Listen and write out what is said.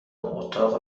اتاق